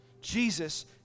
Jesus